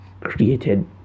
created